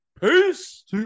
peace